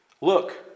look